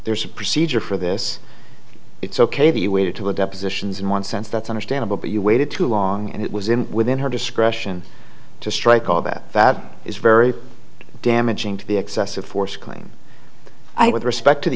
there's a procedure for this it's ok that you waited to a depositions in one sense that's understandable but you waited too long and it was in within her discretion to strike all that is very damaging to the excessive force claim with respect to the